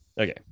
okay